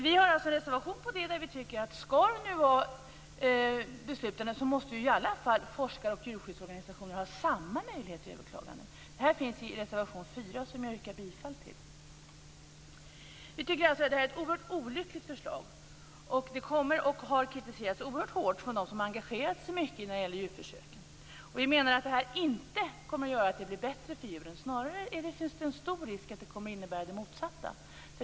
Vi har alltså en reservation mot detta förslag, där vi tycker att om de etiska nämnderna skall vara beslutande måste i alla fall forskare och djurskyddsorganisationer ha samma möjlighet till överklagande. Det här finns i reservation 4, som jag yrkar bifall till. Vi tycker alltså att det här är ett oerhört olyckligt förslag. Det har kritiserats oerhört hårt av dem som har engagerat sig mycket när det gäller djurförsök. Vi menar att det här inte kommer att göra att det blir bättre för djuren, snarare finns det en stor risk att det kommer att innebära det motsatta.